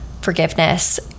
forgiveness